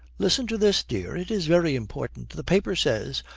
listen to this, dear. it is very important. the paper says,